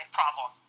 problem